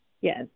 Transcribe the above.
Yes